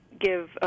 give